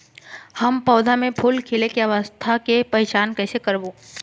हम पौधा मे फूल खिले के अवस्था के पहिचान कईसे करबो